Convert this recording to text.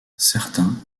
certains